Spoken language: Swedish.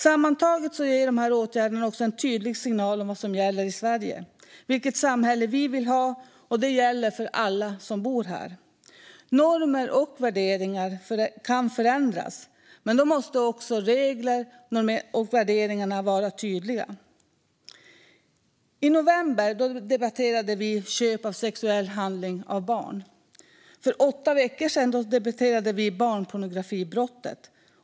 Sammantaget ger dessa åtgärder också en tydlig signal om vad som gäller i Sverige, om vilket samhälle vi vill ha och om att detta gäller för alla som bor här. Normer och värderingar kan förändras, men då måste också reglerna och värderingarna vara tydliga. I november debatterade vi köp av sexuell handling av barn. För åtta veckor sedan debatterade vi barnpornografibrott.